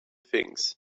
things